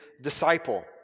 disciple